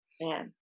man